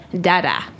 dada